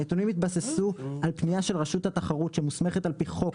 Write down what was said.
הנתונים התבססו על פנייה של רשות התחרות שמוסמכת על פי חוק,